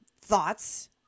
thoughts